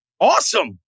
awesome